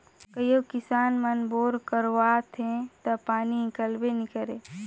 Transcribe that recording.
कइयो किसान मन बोर करवाथे ता पानी हिकलबे नी करे